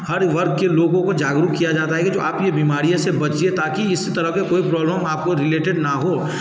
हर वर्ग के लोगों को जागरूक किया जाता है कि जो आप यह बीमारियाँ इससे बचिए ताकि इस तरह के कोई प्रॉब्लम आपको रिलेटेड न हो